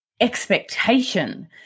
expectation